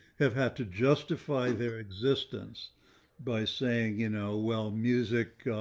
have had to justify their existence by saying, you know, well, music,